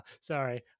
sorry